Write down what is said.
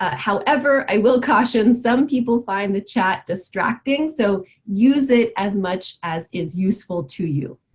ah however, i will caution some people find the chat distracting so use it as much as is useful to you.